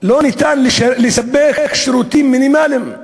אפשרות לספק שירותים מינימליים,